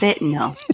No